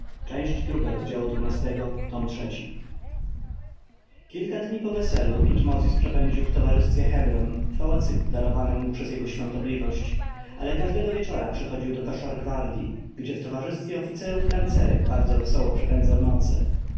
zgubę kilka dni po weselu tutmozis przepędził w towarzystwie hebron w pałacyku darowanym mu przez jego świątobliwość ale każdego wieczora przychodził do koszar gwardji gdzie w towarzystwie oficerów i tancerek bardzo wesoło przepędzał